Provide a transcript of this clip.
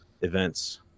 events